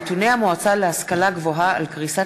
נתוני המועצה להשכלה גבוהה על קריסת